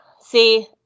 See